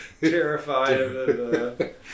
terrified